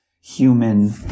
human